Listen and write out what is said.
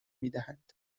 میدهند